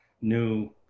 new